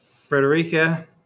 Frederica